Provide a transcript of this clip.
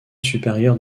supérieure